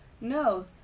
no